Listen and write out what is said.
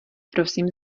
prosím